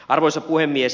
arvoisa puhemies